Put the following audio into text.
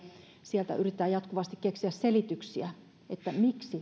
sieltä yritetään jatkuvasti keksiä selityksiä sille miksi